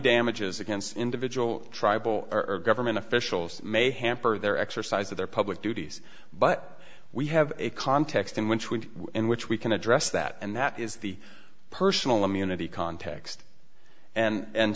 damages against individual tribal or government officials may hamper their exercise of their public duties but we have a context in which we in which we can address that and that is the personal immunity context and